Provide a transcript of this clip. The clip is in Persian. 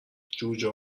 جوجه